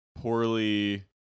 poorly